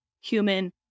human